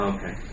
Okay